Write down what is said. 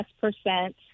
percent